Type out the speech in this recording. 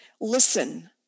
Listen